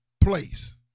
place